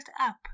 up